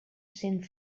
cent